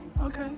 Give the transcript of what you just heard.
okay